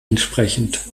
entsprechend